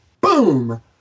Boom